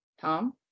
Tom